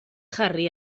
harry